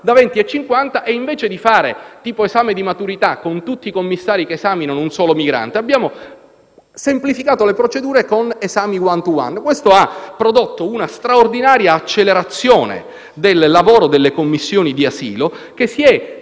da 20 a 50. E invece di fare come in un esame di maturità, con tutti i commissari che esaminano un solo migrante, abbiamo semplificato le procedure con esami *one-to-one*. Questo ha prodotto una straordinaria accelerazione del lavoro delle commissioni di asilo, che si è